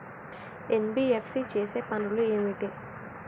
NBFC చేసే పనులు ఏమిటి?